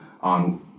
on